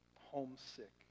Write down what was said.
homesick